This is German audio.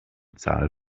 zahl